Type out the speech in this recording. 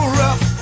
rough